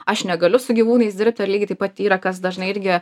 aš negaliu su gyvūnais dirbti ar lygiai taip pat yra kas dažnai irgi